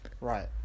Right